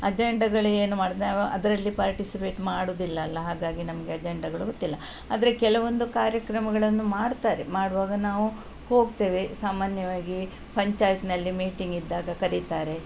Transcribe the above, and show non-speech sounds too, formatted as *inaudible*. ಅಜೆಂಡಗಳು ಏನು *unintelligible* ನಾವು ಅದರಲ್ಲಿ ಪಾರ್ಟಿಸಿಪೇಟ್ ಮಾಡುವುದಿಲ್ಲ ಅಲ್ಲ ಹಾಗಾಗಿ ನಮಗೆ ಅಜೆಂಡಗಳು ಗೊತ್ತಿಲ್ಲ ಆದರೆ ಕೆಲವೊಂದು ಕಾರ್ಯಕ್ರಮಗಳನ್ನು ಮಾಡ್ತಾರೆ ಮಾಡುವಾಗ ನಾವು ಹೋಗ್ತೇವೆ ಸಾಮಾನ್ಯವಾಗಿ ಪಂಚಾಯ್ತಿನಲ್ಲಿ ಮೀಟಿಂಗ್ ಇದ್ದಾಗ ಕರೀತಾರೆ